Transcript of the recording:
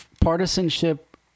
Partisanship